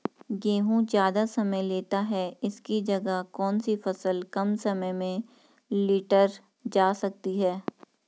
गेहूँ ज़्यादा समय लेता है इसकी जगह कौन सी फसल कम समय में लीटर जा सकती है?